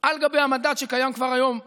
על גבי המנדט שקיים כבר היום בחוק.